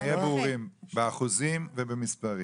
שנהיה ברורים: באחוזים ובמספרים.